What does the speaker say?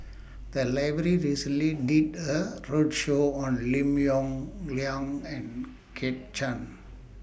The Library recently did A roadshow on Lim Yong Liang and Kit Chan